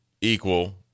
equal